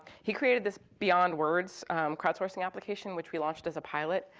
he created this beyond words crowdsourcing application which we launched as a pilot.